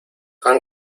han